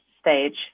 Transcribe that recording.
stage